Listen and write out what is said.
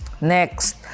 Next